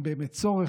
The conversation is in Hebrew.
אין באמת צורך,